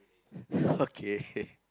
okay